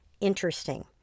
interesting